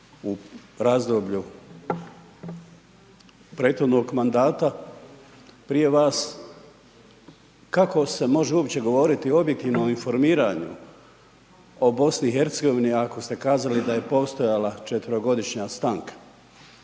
u razdoblju prethodnog mandata, prije vas kako se može uopće govoriti objektivno o informiranju o BiH ako ste kazali da je postojala 4-ro godišnja stanka.